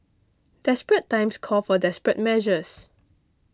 desperate times call for desperate measures